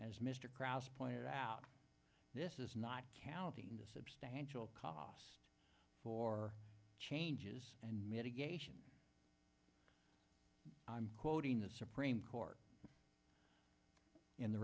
as mr kraus pointed out this is not counting the substantial cost for changes and mitigation i'm quoting the supreme court in the